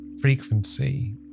frequency